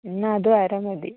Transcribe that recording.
എന്നാൽ അതും അര മതി